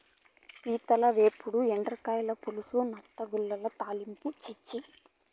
పీతల ఏపుడు, ఎండ్రకాయల పులుసు, నత్తగుల్లల తాలింపా ఛీ ఛీ